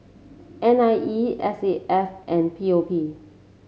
N I E S A F and P O P